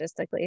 logistically